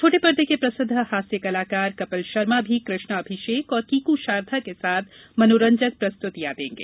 छोटे पर्दे के प्रसिद्ध हास्य कलाकार कपिल षर्मा भी कृष्णा अभिषेक और कीकू शारदा के साथ मनोरंजक प्रस्तुतियां देंगे